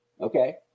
Okay